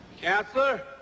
Counselor